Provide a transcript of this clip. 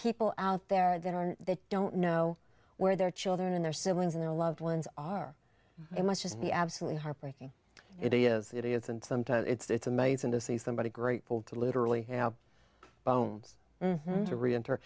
people out there that are they don't know where their children and their siblings and their loved ones are it must just be absolutely heartbreaking it is it is and sometimes it's amazing to see somebody grateful to literally have bones to reenter